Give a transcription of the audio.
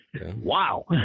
Wow